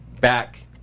back